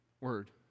word